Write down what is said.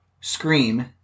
Scream